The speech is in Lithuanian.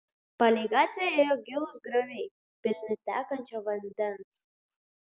palei gatvę ėjo gilūs grioviai pilni tekančio vandens